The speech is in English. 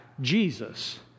Jesus